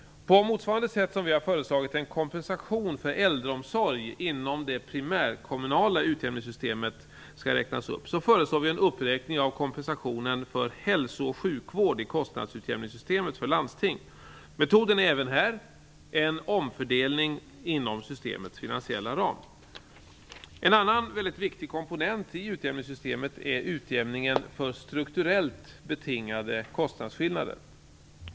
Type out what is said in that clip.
På motsvarande sätt som vi har föreslagit att kompensationen för äldreomsorg inom det primärkommunala utjämningssystemet skall räknas upp föreslår vi en uppräkning av kompensationen för hälso och sjukvård i kostnadsutjämningssystemet för landsting. Metoden är även här en omfördelning inom systemets finansiella ram. En annan mycket viktig komponent i utjämningssystemet är utjämningen för strukturellt betingade kostnadsskillnader.